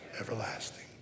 everlasting